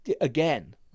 again